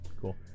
cool